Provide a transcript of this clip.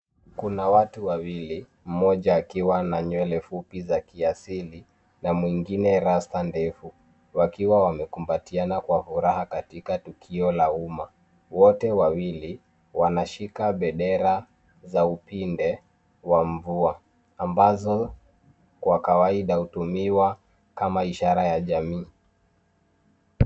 Kuna watu wawili mmoja akiwa na nywele fupi za kiasili na mwingine rasta ndefu wakiwa wamekumbatiana kwa furaha katika tukio la umma, wote wawili wanashika bendera za upinde wa mvua ambazo kwa kawaida hutumiwa kama ishara ya jamii.